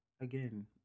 again